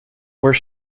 where